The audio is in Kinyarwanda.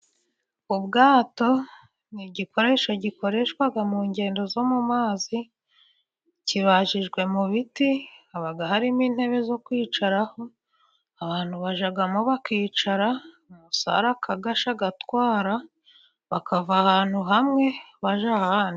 Ubwato ni igikoresho gikoreshwa mu ngendo zo mu mazi, kibajijwe mu biti haba harimo intebe zo kwicaraho, abantu bajyamo bakicara, umusare akagasha, agatwara bakava ahantu hamwe bajya ahandi.